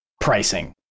pricing